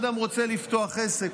כשאדם רוצה לפתוח עסק,